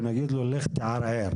ונגיד לו: לך תערער,